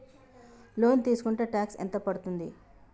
Loan తీస్కుంటే tax ఎంత పడ్తుంది?